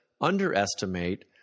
underestimate